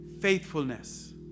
faithfulness